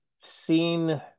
seen